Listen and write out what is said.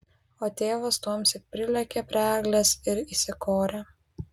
o tėvas tuomsyk prilėkė prie eglės ir įsikorė